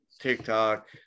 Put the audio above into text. TikTok